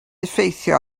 effeithio